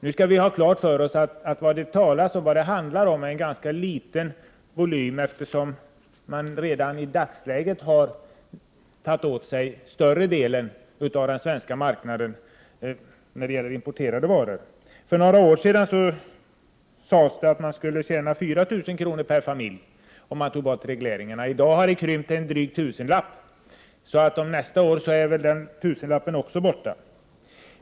Nu skall vi ha klart för oss att vad det handlar om är en ganska liten volym, eftersom man redan i dagsläget har tagit större delen av den svenska marknaden när det gäller importerade varor. För några år sedan sade man att det var möjligt att tjäna 4 000 kr. per familj, om regleringarna togs bort. I dag har summan krympt med drygt en tusenlapp. Nästa år är väl också den tusenlappen borta.